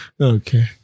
Okay